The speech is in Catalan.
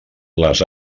les